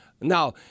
Now